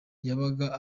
yabaga